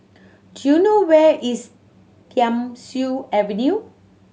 do you know where is Thiam Siew Avenue